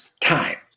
time